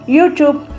YouTube